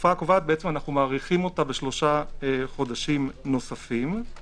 אנו מאריכים את התקופה הקובעת בשלושה חודשים נוספים.